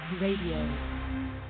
Radio